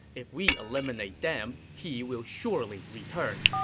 if we eliminate them, he will surely return.